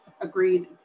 agreed